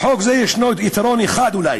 לחוק זה יש יתרון אחד, אולי,